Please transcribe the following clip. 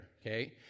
okay